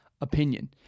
Opinion